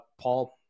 Paul